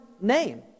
name